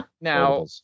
Now